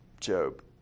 Job